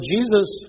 Jesus